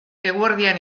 eguerdian